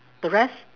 the rest